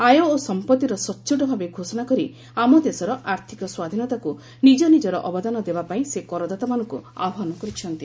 ଆୟ ଓ ସମ୍ପଭିର ସଚ୍ଚୋଟଭାବେ ଘୋଷଣା କରି ଆମ ଦେଶର ଆର୍ଥିକ ସ୍ୱାଧୀନତାକୁ ନିଜ ନିଙ୍କର ଅବଦାନ ଦେବାପାଇଁ ସେ କରଦାତାମାନଙ୍କୁ ଆହ୍ୱାନ କରିଛନ୍ତି